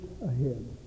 ahead